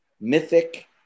mythic